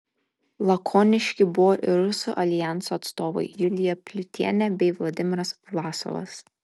lakoniški buvo ir rusų aljanso atstovai julija pliutienė bei vladimiras vlasovas